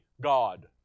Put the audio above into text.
God